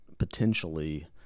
potentially